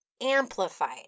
amplified